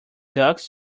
ducks